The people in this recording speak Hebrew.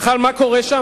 ובכלל, מה קורה שם?